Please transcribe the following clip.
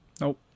Nope